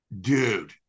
Dude